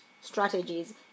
strategies